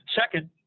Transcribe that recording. Second